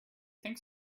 think